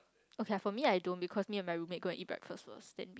okay for me I don't because me and my roommate go and eat breakfast first then